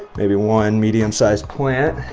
maybe one medium sized plant,